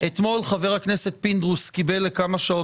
אתמול חבר הכנסת פינדרוס קיבל לכמה שעות